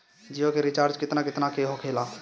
जियो के रिचार्ज केतना केतना के होखे ला?